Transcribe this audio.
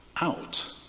out